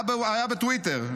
היה בטוויטר.